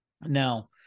Now